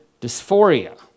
Dysphoria